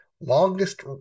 longest